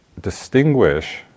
distinguish